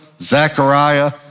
Zechariah